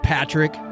Patrick